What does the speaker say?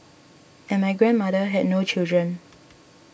and my grandmother had no children